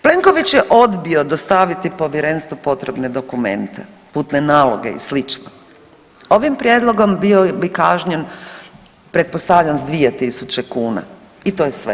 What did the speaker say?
Plenković je odbio dostaviti povjerenstvu potrebne dokumente, putne naloge i sl. ovim prijedlogom bio bi kažnjen pretpostavljam s 2.000 kuna i to je sve.